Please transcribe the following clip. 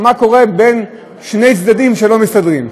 מה קורה בין שני צדדים שלא מסתדרים.